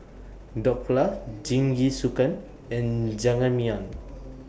Dhokla Jingisukan and Jajangmyeon